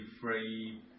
free